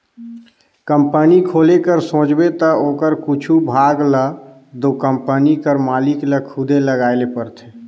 company खोले कर सोचबे ता ओकर कुछु भाग ल दो कंपनी कर मालिक ल खुदे लगाए ले परथे